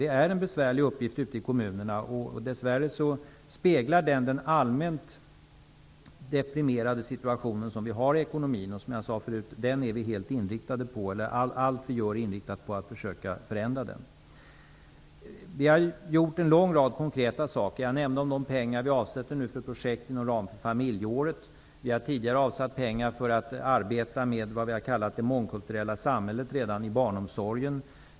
Det är en besvärlig uppgift ute i kommunerna, och dess värre speglar den den allmänt deprimerade situation vi har i ekonomin. Allt vi gör är, som jag sade förut, inriktat på att försöka förändra den. Vi har gjort en lång rad konkreta saker. Jag nämnde de pengar vi avsätter för projekten inom ramen för familjeåret. Vi har tidigare avsatt pengar för att arbeta med det vi har kallat det mångkulturella samhället redan i barnomsorgen.